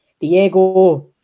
Diego